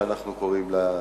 שאנחנו קוראים לה,